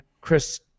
Chris